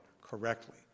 correctly